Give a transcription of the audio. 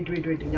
hundred